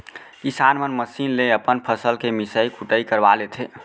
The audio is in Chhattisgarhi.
किसान मन मसीन ले अपन फसल के मिसई कुटई करवा लेथें